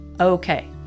Okay